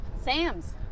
Sam's